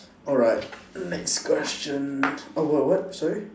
alright next question oh what what sorry